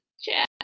chat